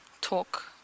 talk